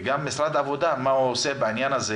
וגם מה עושה משרד העבודה בעניין הזה